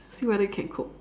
see whether you can cook